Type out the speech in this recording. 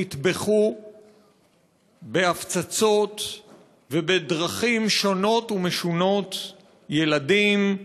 נטבחו בהפצצות ובדרכים שונות ומשונות ילדים,